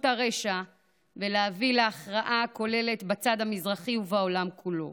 הרשע ולהביא להכרעה כוללת בצד המזרחי ובעולם כולו,